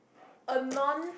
a non